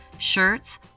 Shirts